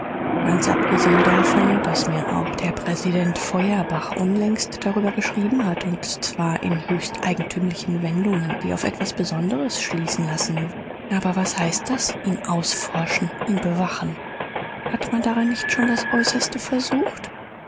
ganz abgesehen davon daß mir auch der präsident feuerbach unlängst darüber geschrieben hat und zwar in höchst eigentümlichen wendungen die auf etwas besonderes schließen lassen aber was heißt das ihn ausforschen ihn bewachen hat man darin nicht schon das äußerste versucht